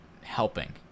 helping